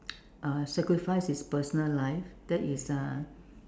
uh sacrifice his personal life that is uh